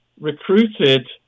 recruited